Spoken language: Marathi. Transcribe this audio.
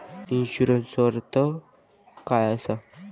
इन्शुरन्सचो अर्थ काय असा?